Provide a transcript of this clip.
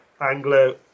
Anglo